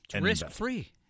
risk-free